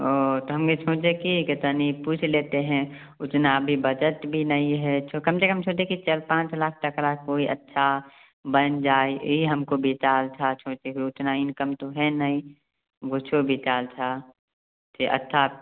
ओ तो हम भी सोचे कि कि तनी पूछ लेते हैं उतना अभी बचत भी नहीं है तो कम से कम सोचे कि चार पाँच लाख तक रा कोई अच्छा बन जाए यही हमको विचार था सोचे कि उतना इनकम तो है नहीं वो छो बेकार था कि अच्छा आप